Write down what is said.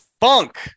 funk